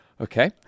Okay